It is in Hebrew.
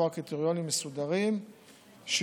קריטריונים מסודרים של דמי מחיה בכבוד,